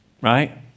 right